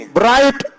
bright